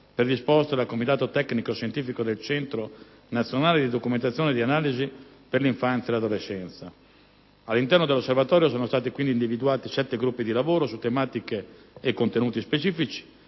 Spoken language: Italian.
predisposta dal comitato tecnico-scientifico del Centro nazionale di documentazione e di analisi per l'infanzia e l'adolescenza. All'interno dell'Osservatorio sono stati quindi individuati sette gruppi di lavoro su tematiche e contenuti specifici,